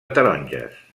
taronges